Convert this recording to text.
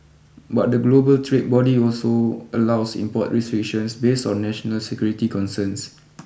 but the global trade body also allows import restrictions based on national security concerns